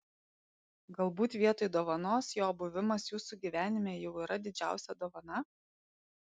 galbūt vietoj dovanos jo buvimas jūsų gyvenime jau yra didžiausia dovana